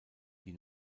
die